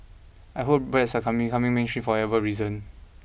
I hope breads are becoming mainstream for whatever reason